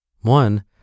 One